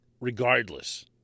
regardless